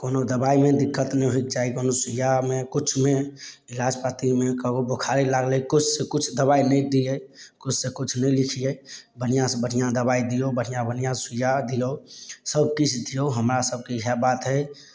कोनो दबाइमे दिक्कत नहि होइके चाही कोनो सुइयामे कुछमे इलाज पातीमे ककरो बोखारे लागलय कुछसँ कुछ दबाइ नहि दियइ कुछसँ कुछ नहि लिखियइ बढ़िआँसँ बढ़िआँ दबाइ दियौ बढ़िआँ बढ़िआँ सुइया दियौ सब किछु दियौ हमरा सबके इएह बात हइ